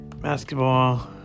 Basketball